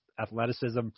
athleticism